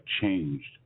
changed